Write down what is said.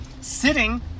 sitting